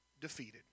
defeated